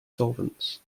solvents